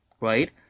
right